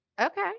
okay